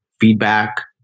feedback